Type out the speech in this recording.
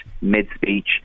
mid-speech